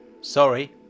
Sorry